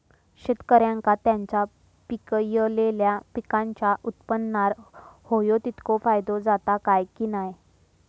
शेतकऱ्यांका त्यांचा पिकयलेल्या पीकांच्या उत्पन्नार होयो तितको फायदो जाता काय की नाय?